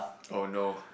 oh no